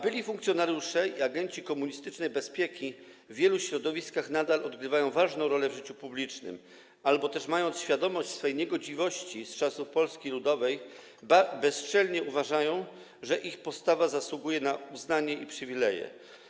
Byli funkcjonariusze i agenci komunistycznej bezpieki w wielu środowiskach nadal odgrywają ważną rolę, odgrywają ją w życiu publicznym albo też, mając świadomość swej niegodziwości z czasów Polski Ludowej, bezczelnie uważają, że ich postawa zasługuje na uznanie i przywileje.